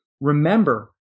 remember